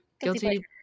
guilty